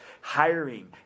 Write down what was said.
hiring